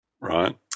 Right